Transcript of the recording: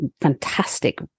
fantastic